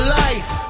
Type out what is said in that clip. life